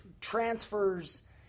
transfers